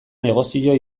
negozio